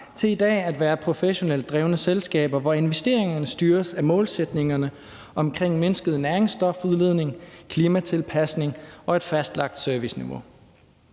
til i dag at være professionelt drevne selskaber, hvor investeringerne styres af målsætningerne omkring mindsket næringsstofudledning, klimatilpasning og et fastlagt serviceniveau.